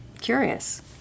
curious